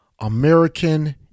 American